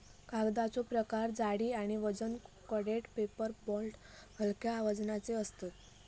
कागदाचो प्रकार जाडी आणि वजन कोटेड पेपर बोर्ड हलक्या वजनाचे असतत